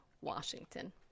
Washington